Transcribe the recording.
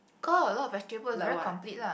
got a lot of vegetables very complete lah